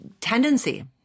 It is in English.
tendency